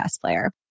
player